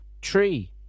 Tree